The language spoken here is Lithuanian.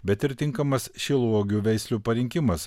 bet ir tinkamas šilauogių veislių parinkimas